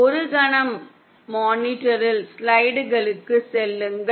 ஒரு கணம் மானிட்டரில் ஸ்லைடுகளுக்குச் செல்லுங்கள்